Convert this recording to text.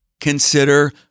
consider